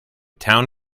town